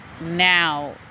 now